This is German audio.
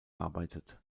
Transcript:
arbeitet